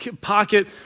pocket